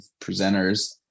presenters